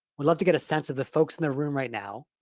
we'd love to get a sense of the folks in the room right now.